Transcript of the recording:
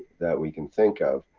that we can think of.